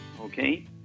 okay